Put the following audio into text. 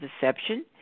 deception